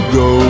go